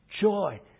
Joy